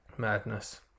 Madness